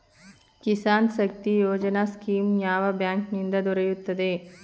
Kisan Shakti Yojana scheme ಯಾವ bank ನಿಂದ ದೊರೆಯುತ್ತದೆ?